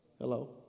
Hello